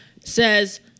says